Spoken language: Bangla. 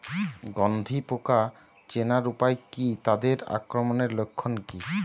গন্ধি পোকা চেনার উপায় কী তাদের আক্রমণের লক্ষণ কী?